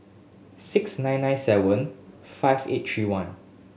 six nine nine seven five eight three one